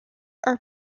are